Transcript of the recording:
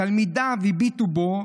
תלמידיו הביטו בו,